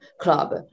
club